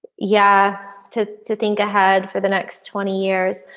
yeah to to think ahead for the next twenty years.